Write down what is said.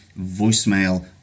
voicemail